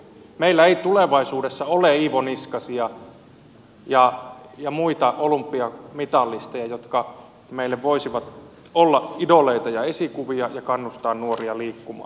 meillä ei tulevaisuudessa ole iivoniskasia ja muita olympiamitalisteja jotka meille voisivat olla idoleita ja esikuvia ja kannustaa nuoria liikkumaan